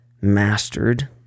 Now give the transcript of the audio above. mastered